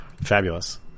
Fabulous